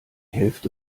hälfte